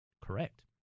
Correct